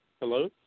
Hello